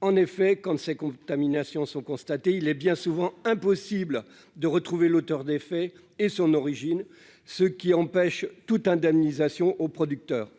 en effet quand ces contaminations sont constatées, il est bien souvent impossible de retrouver l'auteur des faits et son origine, ce qui empêche toute indemnisation au producteur.